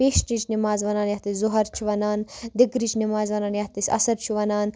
پیشنٕچ نماز وَنان أسۍ ظُہر چھِ وَنان دِگرٕچ نِماز وَنان یَتھ أسۍ عصر چھِ وَنان